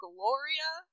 Gloria